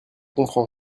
comprends